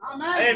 Amen